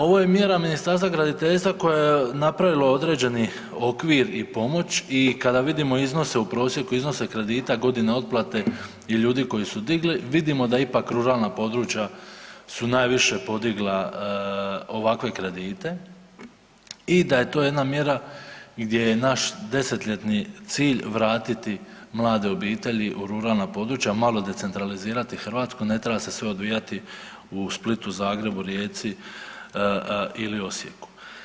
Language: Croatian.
Ovo je mjera Ministarstva graditeljstva koje je napravilo određeni okvir i pomoć i kada vidimo iznose, u prosjeku iznose kredita, godine otplate i ljudi koji su digli, vidimo da ipak ruralna područja su najviše podigla ovakve kredite i da je to jedna mjera gdje je naš desetljetni cilj vratiti mlade obitelji u ruralna područja, malo decentralizirati Hrvatsku, ne treba se sve odvijati u Splitu, Zagrebu, Rijeci ili Osijeku.